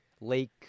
Lake –